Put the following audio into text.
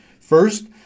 First